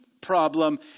problem